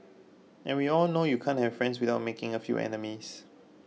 and we all know you can't have friends without making a few enemies